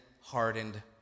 hardened